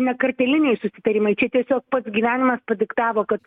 ne karteliniai susitarimai čia tiesiog pats gyvenimas padiktavo kad